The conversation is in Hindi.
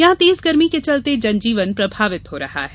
यहां तेज गर्मी के चलते जनजीवन प्रभावित हो रहा है